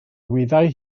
wyddai